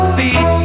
feet